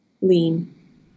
lean